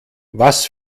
was